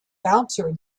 bouncer